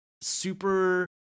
super